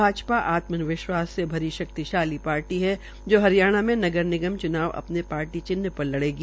भाजपा आत्म विश्वास से भरी शक्ति शाली पार्टी है जो हरियाण में नगर निगम च्नाव अपने पार्टी चिन्ह पर लड़ेगी